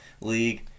league